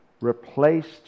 replaced